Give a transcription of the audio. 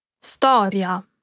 Storia